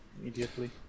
immediately